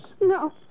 No